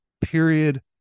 Period